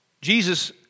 Jesus